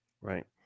Right